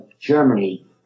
Germany